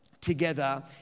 together